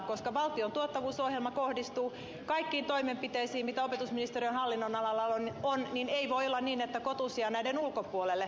koska valtion tuottavuusohjelma kohdistuu kaikkiin toimenpiteisiin mitä opetusministeriön hallinnonalalla on ei voi olla niin että kotus jää näiden ulkopuolelle